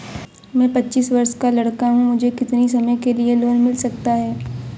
मैं पच्चीस वर्ष का लड़का हूँ मुझे कितनी समय के लिए लोन मिल सकता है?